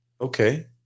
Okay